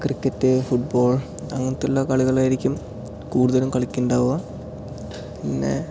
cricket football അങ്ങനത്തെയുള്ള കളികളായിരിക്കും കൂടുതൽ കളിക്കുകയുണ്ടാവുക പിന്നെ